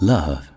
Love